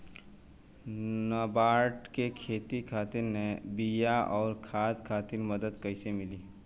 नाबार्ड से खेती खातिर बीया आउर खाद खातिर मदद कइसे मिली?